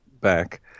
back